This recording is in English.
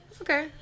Okay